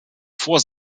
vor